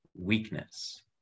weakness